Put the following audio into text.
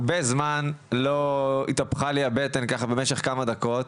הרבה זמן לא התהפכה לי הבטן ככה במשך כמה דקות.